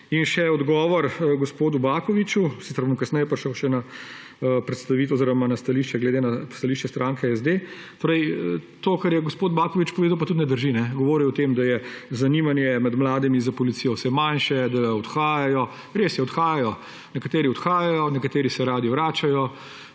In še odgovor gospodu Bakoviću, sicer bom kasneje prišel še na predstavitev oziroma na stališče glede na stališče stranke SD. To, kar je gospod Baković povedal, tudi ne drži. Govoril je o tem, da je zanimanje med mladimi za policijo vse manjše, da odhajajo. Res je, odhajajo, nekateri odhajajo, nekateri se radi vračajo.